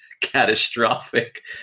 catastrophic